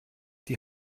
die